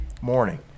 morning